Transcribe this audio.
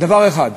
דבר אחד,